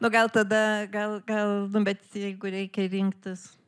nu gal tada gal gal nu bet jeigu reikia rinktis